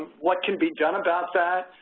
what can be done about that?